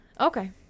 Okay